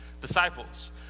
disciples